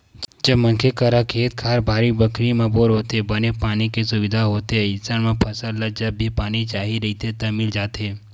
जब मनखे करा खेत खार, बाड़ी बखरी म बोर होथे, बने पानी के सुबिधा होथे अइसन म फसल ल जब भी पानी चाही रहिथे त मिल जाथे